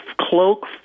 cloak